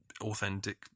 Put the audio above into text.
authentic